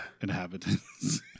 inhabitants